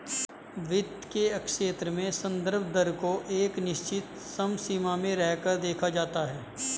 वित्त के क्षेत्र में संदर्भ दर को एक निश्चित समसीमा में रहकर देखा जाता है